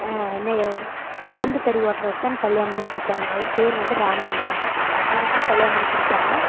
நெய் கரண்டு தறி ஓடட்டுறவருக்கு தான் எனக்கு கல்யாணம் பண்ணி கொடுத்தாங்க அவர் பேர் வந்து ராமலிங்கம் அவருக்கு தான் கல்யாணம் பண்ணிக் கொடுத்தாங்க